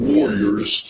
Warriors